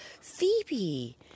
Phoebe